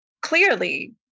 clearly